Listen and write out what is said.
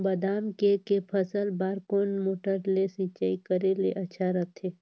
बादाम के के फसल बार कोन मोटर ले सिंचाई करे ले अच्छा रथे?